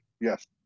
Yes